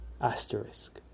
asterisk